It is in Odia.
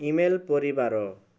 ଇମେଲ୍ ପରିବାର